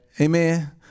Amen